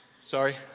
Sorry